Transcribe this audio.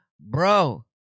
Bro